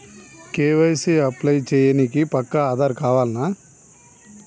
KYC apply చేయనీకి పక్కా ఆధార్ కావాల్నా?